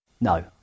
No